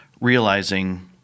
realizing